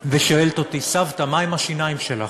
ושואלת אותי: סבתא, מה עם השיניים שלך?